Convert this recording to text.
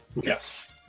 Yes